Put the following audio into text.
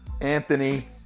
Anthony